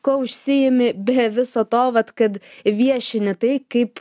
kuo užsiimi be viso to vat kad viešini tai kaip